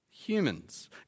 humans